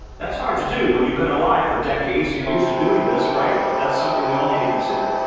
that's hard to do when you've been alive for decades, and you're used to doing this, right? but that's something we all need to consider.